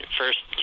first